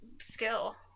Skill